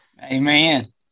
amen